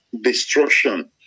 destruction